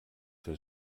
der